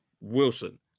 Wilson